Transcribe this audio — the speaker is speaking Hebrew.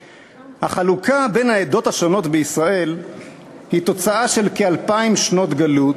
החלוקה בין העדות השונות בישראל היא תוצאה של כאלפיים שנות גלות